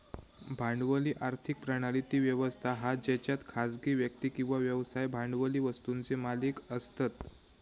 भांडवली आर्थिक प्रणाली ती व्यवस्था हा जेच्यात खासगी व्यक्ती किंवा व्यवसाय भांडवली वस्तुंचे मालिक असतत